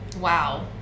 Wow